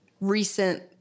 recent